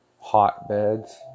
hotbeds